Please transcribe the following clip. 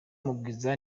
mugwiza